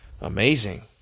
amazing